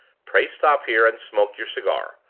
pray stop here, and smoke your cigar.